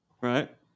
Right